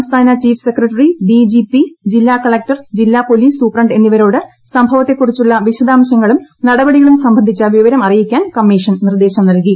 സംസ്ഥാന chief secretary D G P ജില്ലാകളക്ടർ ജില്ലാ പൊലീസ് സൂപ്രണ്ട് എന്നിവരോട് സംഭവത്തെകുറിച്ചുള്ള വിശദാംശങ്ങളും നടപടികളും സംബന്ധിച്ച വിവരം അറിയിക്കാൻ കമ്മീഷൻ നിർദ്ദേശം നൽകി